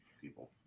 people